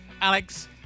Alex